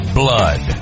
blood